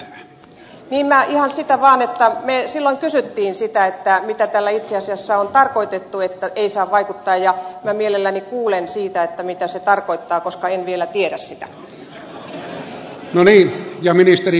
niin minä ihan sitä vaan että me silloin kysyimme sitä että mitä tällä itse asiassa on tarkoitettu että ei saa vaikuttaa ja minä mielelläni kuulen siitä mitä se tarkoittaa koska en vielä tiedä sitä